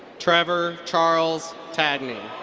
trevor charles tangney.